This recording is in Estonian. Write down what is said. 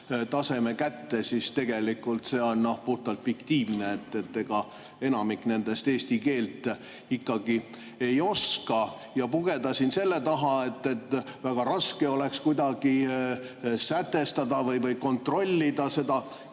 taseme kätte, siis tegelikult see on puhtalt fiktiivne, ega enamik nendest eesti keelt ikkagi ei oska. Ja pugeda siin selle taha, et väga raske oleks kuidagi sätestada või kontrollida seda